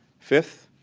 fifth,